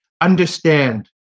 understand